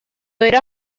era